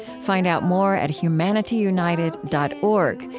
find out more at humanityunited dot org,